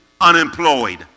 unemployed